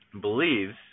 believes